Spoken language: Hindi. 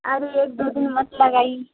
अरे एक दो दिन मत लगाई